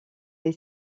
est